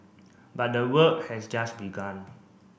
but the work has just begun